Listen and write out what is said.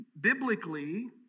Biblically